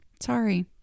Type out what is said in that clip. Sorry